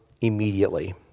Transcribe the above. immediately